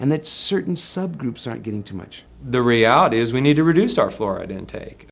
that certain sub groups aren't getting too much the reality is we need to reduce our florid intake